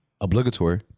obligatory